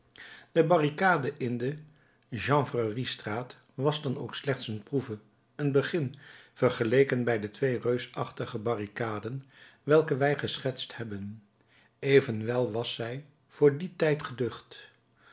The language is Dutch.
de barricade in de chanvreriestraat was dan ook slechts een proeve een begin vergeleken bij de twee reusachtige barricaden welke wij geschetst hebben evenwel was zij voor dien tijd geducht